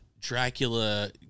Dracula